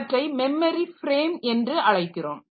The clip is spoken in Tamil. அவற்றை மெமரி ஃப்ரேம் என்று அழைக்கிறோம்